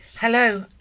Hello